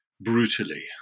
brutally